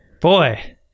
boy